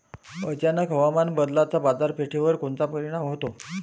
अचानक हवामान बदलाचा बाजारपेठेवर कोनचा परिणाम होतो?